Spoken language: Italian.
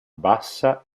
bassa